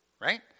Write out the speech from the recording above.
right